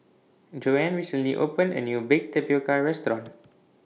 Joanne recently opened A New Baked Tapioca Restaurant